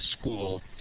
school